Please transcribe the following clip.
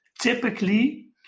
typically